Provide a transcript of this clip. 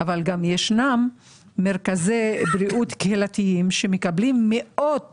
אבל גם ישנם מרכזי בריאות קהילתיים שמקבלים מאות